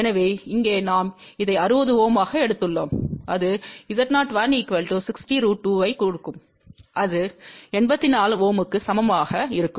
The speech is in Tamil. எனவே இங்கே நாம் இதை 60 Ω ஆக எடுத்துள்ளோம் அது Z01 60√2 ஐக் கொடுக்கும் அது 84 Ω க்கு சமமாக இருக்கும்